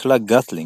מקלע גאטלינג,